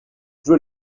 veux